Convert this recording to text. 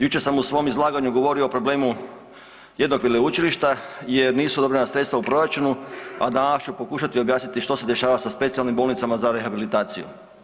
Jučer sam u svom izlaganju govorio o problemu jednog veleučilišta jer nisu odobrena sredstva u proračunu, a danas ću pokušati objasniti što se dešava sa specijalnim bolnicama za rehabilitaciju.